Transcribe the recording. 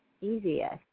easiest